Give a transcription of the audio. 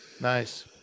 Nice